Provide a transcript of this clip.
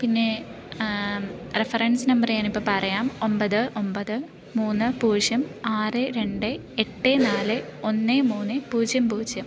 പിന്നെ reference number ഞാനിപ്പം പറയാം ഒൻപത് ഒൻപത് മൂന്ന് പൂജ്യം ആറ് രണ്ട് എട്ട് നാല് ഒന്ന് മൂന്ന് പൂജ്യം പൂജ്യം